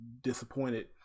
disappointed